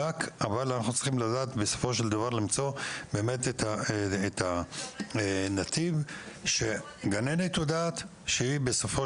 אבל אנחנו צריכים לדעת בסופו של דבר למצוא את הנתיב שגננת יודעת שבסופו